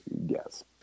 Yes